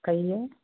कहिए